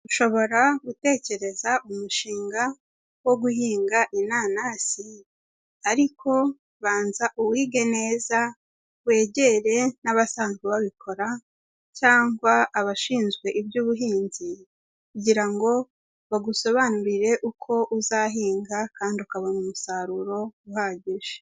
Ushobora gutekereza umushinga wo guhinga inanasi ariko banza uwige neza wegere n'abasanzwe babikora cyangwa abashinzwe iby'ubuhinzi, kugira ngo bagusobanurire uko uzahinga kandi ukabona umusaruro uhagije.